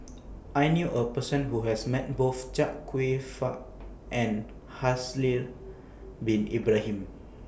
I knew A Person Who has Met Both Chia Kwek Fah and Haslir Bin Ibrahim